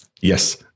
Yes